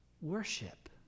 worship